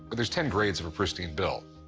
there's ten grades of a pristine bill.